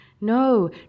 no